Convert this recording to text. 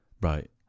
Right